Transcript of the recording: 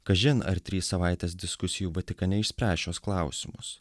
kažin ar trys savaitės diskusijų vatikane išspręs šiuos klausimus